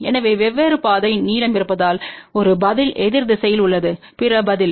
எனவே வெவ்வேறு பாதை நீளம் இருப்பதால் ஒரு பதில் எதிர் திசையில் உள்ளது பிற பதில்